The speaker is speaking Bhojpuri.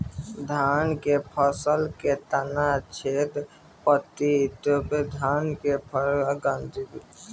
धान के फसल में तना छेदक, पत्ति लपेटक, धान फुदका अउरी गंधीबग कीड़ा लागेला